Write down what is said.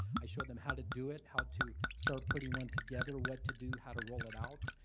i showed them how to do it, how to start putting one together, what to do, how to roll it out.